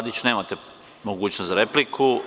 nemate mogućnost za repliku.